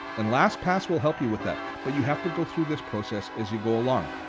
and lastpass will help you with that but you have to go through this process as you go along.